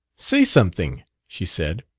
say something, she said.